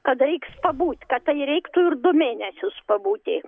kada pabūt kad tai reiktų ir du mėnesius pabūti